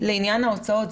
לעניין ההוצאות.